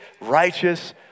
righteous